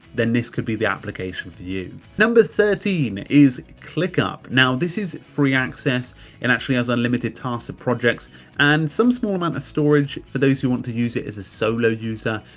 then this could be the application for you. number thirteen is clickup. now this is free access and actually as a limited tags of projects and some small amount of storage for those who want to use it as a solo user.